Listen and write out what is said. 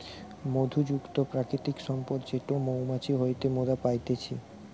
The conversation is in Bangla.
মধু যুক্ত প্রাকৃতিক সম্পদ যেটো মৌমাছি হইতে মোরা পাইতেছি